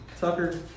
tucker